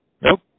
Nope